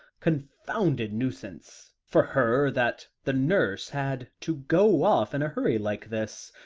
confounded nuisance for her that the nurse had to go off in a hurry like this,